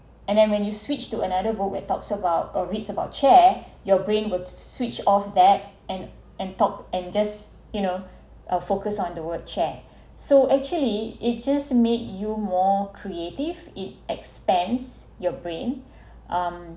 and then when you switch to another book that talks about or reads about chair your brain would switch off that and and talk and just you know uh focus on the word chair so actually it just make you more creative it expands your brain um